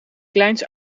kleins